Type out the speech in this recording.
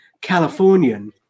Californian